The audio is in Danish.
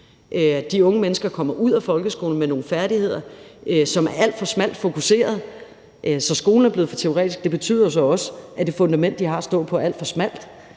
de unge mennesker kommer ud af folkeskolen med nogle færdigheder, som er alt for smalt fokuserede. Så skolen er blevet for teoretisk, og det betyder jo så også, at det fundament, de har at stå på, er alt for smalt.